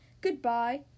Goodbye